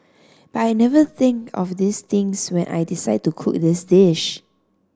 but I never think of these things when I decide to cook this dish